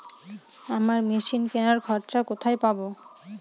আমরা মেশিন কেনার খরচা কোথায় পাবো?